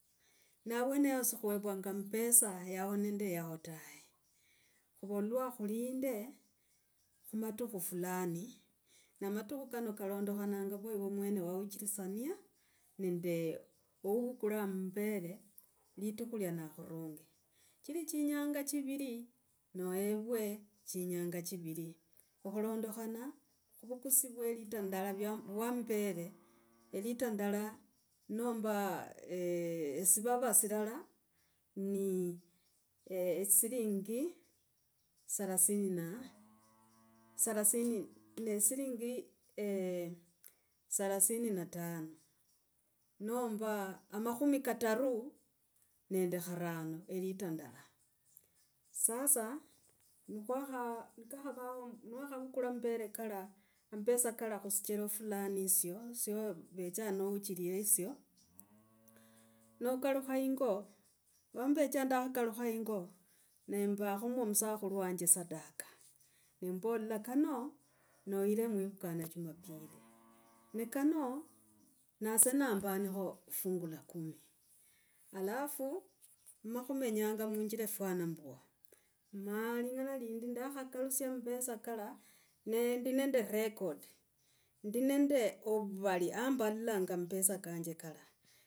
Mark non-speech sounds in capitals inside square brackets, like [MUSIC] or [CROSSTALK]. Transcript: Ne avwenao sikhuevwanga amapesa yahoo nende yahoo tae, khuvalwa khulinde khumatukhu fulani. Na matukhu kana kalondikhananga lwa ive mwene wa uchilisiana nende ouvukula mambere litukhu iya na akhurunge chili chinyanga chiviri nohevwe chinyanga chiviri akhulondekhana kwukusi vwe elitre ndala vya mambere [HESITATION] litre ndala namba e, esivana silala ni silingi salasini na silingi salasini na tano namba amakhumi kataru nende kharano [HESITATION] litre ndala. Sasa nikhwakha nikava, niwakhavukula mapesa kala khusichera fulani yisyo sovecha nochirire hisyo nokalukha yingo lwa mbecha ndakhakalukha yingo nembakho mwa musakhulu wanje. Sadaka. Nembola kano noyire mwivukana jumapili. Ne kano, nase nembanakho fungu la kumi. Alafu, makhumenyanga muinjira yafwana mbwa. Ma lingana lindi ndakhakalusya mapesa kala, ne ndi nende record. Ndi nende ovuuali ha mbalilanga mapesa kanje kala.